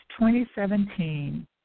2017